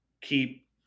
keep